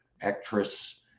actress